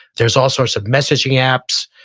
there's all sorts of messaging apps,